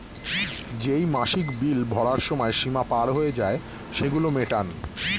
যেই মাসিক বিল ভরার সময় সীমা পার হয়ে যায়, সেগুলো মেটান